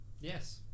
yes